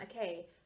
okay